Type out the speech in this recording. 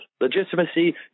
legitimacy